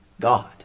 God